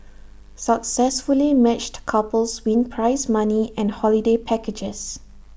successfully matched couples win prize money and holiday packages